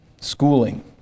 schooling